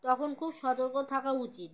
তখন খুব সতর্ক থাকা উচিত